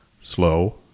slow